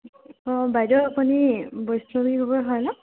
অঁ বাইদেউ আপুনি বৈষ্ণৱী গগৈ হয় ন